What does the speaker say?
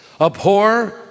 Abhor